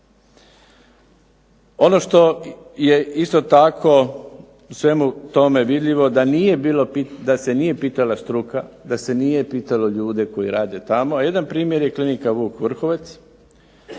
Ono što je isto tako u svemu tome vidljivo da se nije pitala struka, da se nije pitalo ljude koji rade tamo, a jedan primjer je klinika "Vuk Vrhovec"